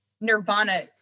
Nirvana